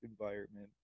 environment